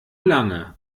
lange